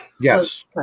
Yes